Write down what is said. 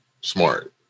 smart